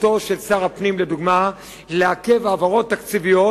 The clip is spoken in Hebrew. בסמכותו של שר הפנים למשל לעכב העברות תקציביות